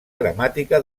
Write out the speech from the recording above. gramàtica